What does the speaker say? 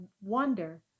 wonder